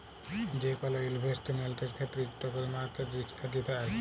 যে কল ইলভেসেটমেল্টের ক্ষেত্রে ইকট ক্যরে মার্কেট রিস্ক থ্যাকে যায়